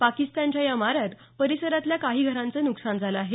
पाकिस्तानच्या या माऱ्यात परिसरातल्या काही घरांचं नुकसान झालं आहे